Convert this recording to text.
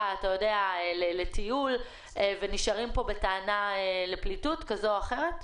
כלשהי לטיול ונשארים כאן בטענה לפליטות כזו או אחרת?